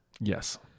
Yes